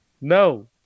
no